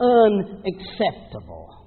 unacceptable